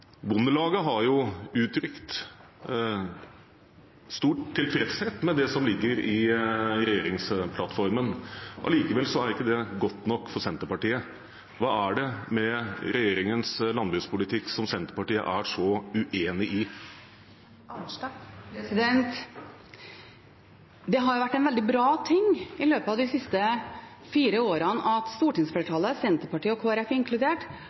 Bondelaget har uttrykt stor tilfredshet med det som ligger i regjeringsplattformen. Allikevel er ikke det godt nok for Senterpartiet. Hva er det med regjeringens landbrukspolitikk som Senterpartiet er så uenig i? Det har vært en veldig bra ting i løpet av de siste fire årene at stortingsflertallet, Senterpartiet og Kristelig Folkeparti inkludert, har